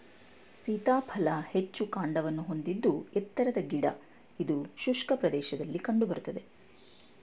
ಸೀತಾಫಲ ಹೆಚ್ಚು ಕಾಂಡವನ್ನು ಹೊಂದಿದ ಎತ್ತರದ ಗಿಡ ಇದು ಶುಷ್ಕ ಪ್ರದೇಶದಲ್ಲಿ ಕಂಡು ಬರ್ತದೆ